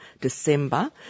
December